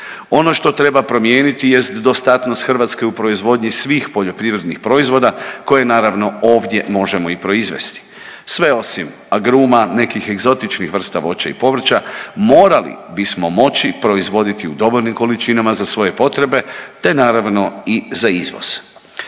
Ono što treba promijeniti jest dostatnost Hrvatske u proizvodnji svih poljoprivrednih proizvoda koje naravno ovdje možemo i proizvesti. Sve osim agruma, nekih egzotičnih vrsta voća i povrća morali bismo moći proizvoditi u dovoljnim količinama za svoje potrebe te naravno i za izvoz.